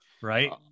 right